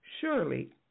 Surely